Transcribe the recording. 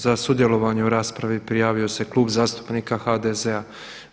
Za sudjelovanje u raspravi prijavio se i Klub zastupnika HDZ-a.